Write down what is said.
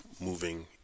moving